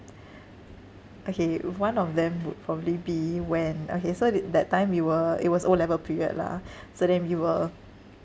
okay one of them would probably be when okay so the~ that time we were it was O level period lah so then we were